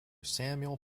samuel